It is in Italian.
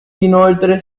inoltre